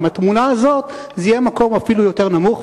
עם התמונה הזאת יהיה אפילו מקום יותר נמוך.